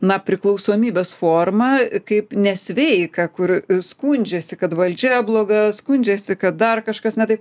na priklausomybės formą kaip nesveiką kur skundžiasi kad valdžia bloga skundžiasi kad dar kažkas ne taip